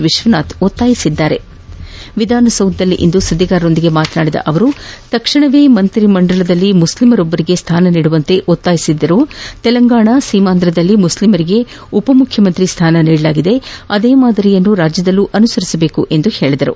ವಿಶ್ವನಾಥ್ ಒತ್ತಾಯಿಸಿದ್ದಾರೆ ವಿಧಾನಸೌಧದಲ್ಲಿಂದು ಸುದ್ದಿಗಾರರ ಜತೆ ಮಾತನಾಡಿದ ಅವರುತಕ್ಷಣವೇ ಮಂತ್ರಿ ಮಂಡಲದಲ್ಲಿ ಮುಸ್ಲಿಮರೊಬ್ಬರಿಗೆ ಸ್ಥಾನ ನೀಡುವಂತೆ ಒತ್ತಾಯಿಸಿದ ಅವರು ತೆಲಂಗಾಣಸೀಮಾಂಧ್ರದಲ್ಲಿ ಮುಸ್ಲಿಮರಿಗೆ ಉಪಮುಖ್ಯಮಂತ್ರಿ ಸ್ಥಾನ ನೀಡಲಾಗಿದೆ ಅದೇ ಮಾದರಿಯನ್ನು ಅನುಸರಿಸಬೇಕು ಎಂದು ಹೇಳಿದರು